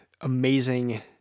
amazing